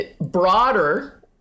broader